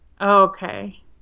Okay